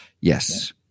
Yes